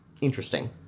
Interesting